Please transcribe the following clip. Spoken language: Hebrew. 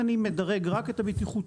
אם אני מדייק רק את הבטיחותי,